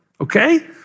okay